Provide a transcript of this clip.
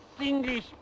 English